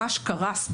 ממש קרס,